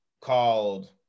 called